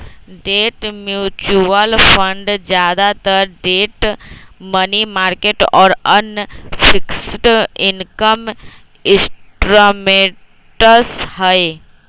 debt mutual fund ज्यादातर debt, money market और अन्य फिक्स्ड इनकम इंस्ट्रूमेंट्स हई